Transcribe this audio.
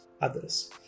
others